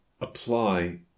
apply